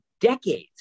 decades